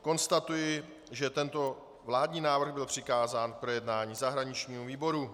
Konstatuji, že tento vládní návrh byl přikázán k projednání zahraničnímu výboru.